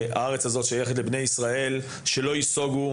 שהארץ הזאת שייכת לבני ישראל שלא ייסוגו,